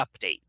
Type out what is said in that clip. update